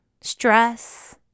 stress